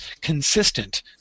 consistent